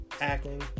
Acting